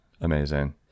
Amazing